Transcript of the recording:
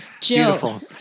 beautiful